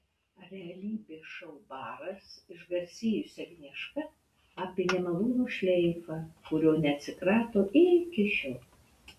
realybės šou baras išgarsėjusi agnieška apie nemalonų šleifą kurio neatsikrato iki šiol